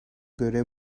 göre